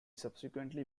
subsequently